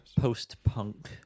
post-punk